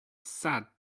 sad